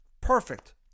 Perfect